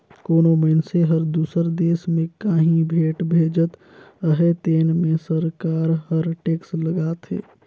कोनो मइनसे हर दूसर देस में काहीं भेंट भेजत अहे तेन में सरकार हर टेक्स लगाथे